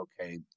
okay